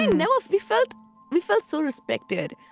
and now, if we felt we felt so respected